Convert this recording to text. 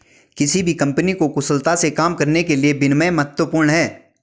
किसी भी कंपनी को कुशलता से काम करने के लिए विनियम महत्वपूर्ण हैं